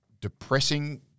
depressing